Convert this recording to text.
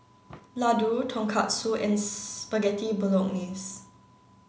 Ladoo Tonkatsu and Spaghetti Bolognese